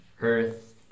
earth